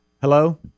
Hello